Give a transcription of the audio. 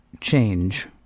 change